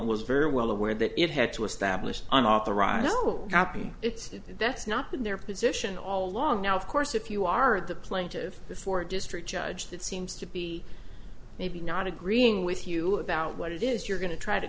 was very well aware that it had to establish an authorized no happy it's that's not been their position all along now of course if you are the plaintive before district judge that seems to be maybe not agreeing with you about what it is you're going to try to